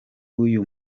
uyu